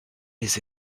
les